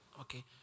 Okay